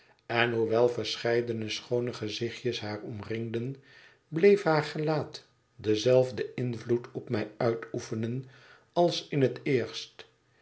en hoewel verscheidene schoone gezichtjes haar omringden bleef haar gelaat denzelfden invloed op mij uitoefenen als in het eerst